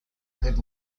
good